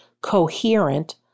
coherent